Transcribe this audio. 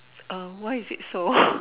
um why is it so